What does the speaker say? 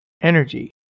energy